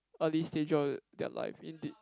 early stager of their life indeed